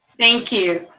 thank you.